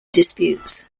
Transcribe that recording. disputes